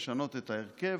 לשנות את ההרכב.